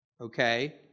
Okay